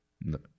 No